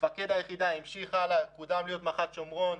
מפקד היחידה המשיך הלאה וקודם להיות מח"ט שומרון,